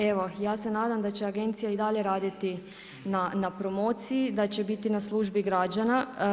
Evo, ja se nadam da će Agencija i dalje raditi na promociji, da će biti na službi građana.